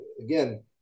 again